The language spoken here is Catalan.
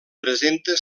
presenta